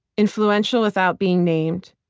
influential without being named,